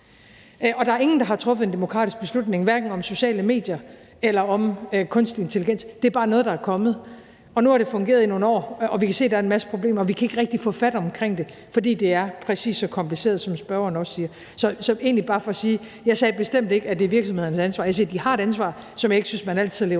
og der er ingen, der har truffet en demokratisk beslutning, hverken om sociale medier eller om kunstig intelligens. Det er bare noget, der er kommet, og nu har det fungeret i nogle år, og vi kan se, at der er en masse problemer, og vi kan ikke rigtig få fat omkring det, fordi det er præcis så kompliceret, som spørgeren også siger. Så det er egentlig bare for at sige, at jeg bestemt ikke sagde, at det er virksomhedernes ansvar. Jeg siger, at de har et ansvar, som jeg ikke synes man altid lever